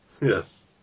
Yes